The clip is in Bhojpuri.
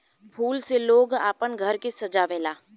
फूल से लोग आपन घर के सजावे ला